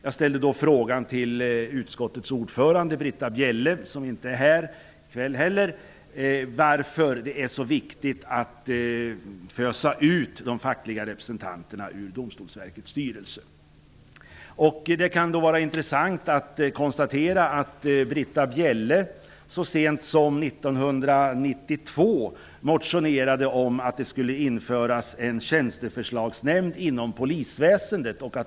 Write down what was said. Jag ställde då frågan till utskottets ordförande Britta Bjelle, som inte är här nu, varför det var så viktigt att fösa ut de fackliga representanterna ur Domstolsverkets styrelse. Samma resonemang kan också föras beträffande Tjänsteförslagsnämnden, reservation 3 Det kan vara intressant att konstatera att Britta Bjelle så sent som 1992 motionerade om att det skulle införas en tjänsteförslagsnämnd inom polisväsendet.